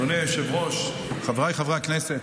אדוני היושב-ראש, חבריי חברי הכנסת,